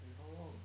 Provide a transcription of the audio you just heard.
in how long